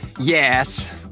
Yes